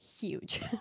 huge